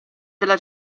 della